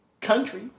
country